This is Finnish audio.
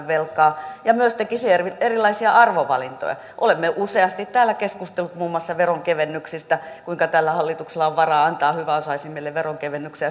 velkaa ja myös tekisi erilaisia arvovalintoja olemme useasti täällä keskustelleet muun muassa veronkevennyksistä että kuinka tällä hallituksella on varaa antaa hyväosaisimmille veronkevennyksiä